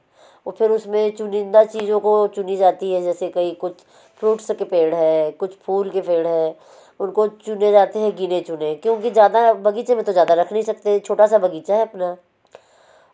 वह फिर उसमें चुनिंदा चीज़ों को चुनी जाती हैं जैसे कहीं कुछ फ्रुट्स के पेड़ है कुछ फूल के पेड़ हैं उनको चुने जाते हैं गिने चुने क्योंकि ज़्यादा बगीचे में तो ज़्यादा रख नहीं सकते छोटा सा बगीचा है अपना